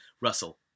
Russell